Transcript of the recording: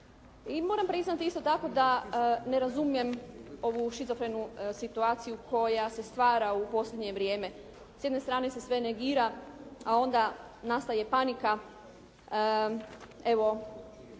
moram priznati isto tako da ne razumijem ovu šizofrenu situaciju koja se stvara u posljednje vrijeme. S jedne strane se sve negira, a onda nastaje panika.